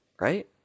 right